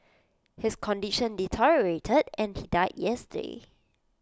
his condition deteriorated and he died yesterday